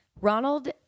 Ronald